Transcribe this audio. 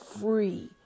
free